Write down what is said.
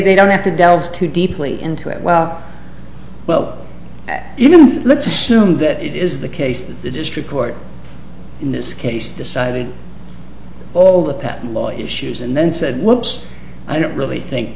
they don't have to delve too deeply into it well well you know let's assume that it is the case that the district court in this case decided all the patent law issues and then said whoops i don't really think